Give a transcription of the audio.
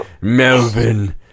Melvin